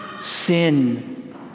sin